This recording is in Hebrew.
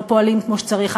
לא פועלים כמו שצריך,